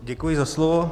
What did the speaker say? Děkuji za slovo.